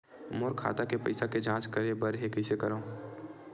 मोर खाता के पईसा के जांच करे बर हे, कइसे करंव?